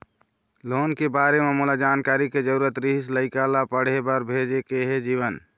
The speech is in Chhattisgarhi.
लोन के बारे म मोला जानकारी के जरूरत रीहिस, लइका ला पढ़े बार भेजे के हे जीवन